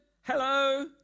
hello